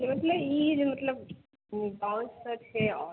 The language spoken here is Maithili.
जे से ई जे मतलब गाँवसभ छै आओर